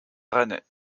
rennais